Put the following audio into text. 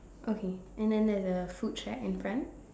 okay and then there a food track in front